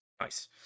Nice